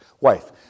wife